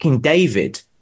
David